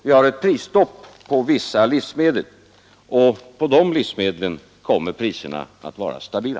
Vi har ett prisstopp på vissa livsmedel, och på de livsmedlen kommer priserna att vara stabila.